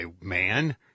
man